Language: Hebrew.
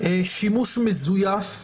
שימוש מזויף,